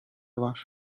var